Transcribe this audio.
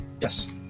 Yes